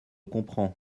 comprend